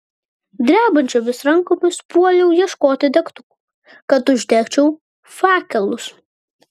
drebančiomis rankomis puoliau ieškoti degtukų kad uždegčiau fakelus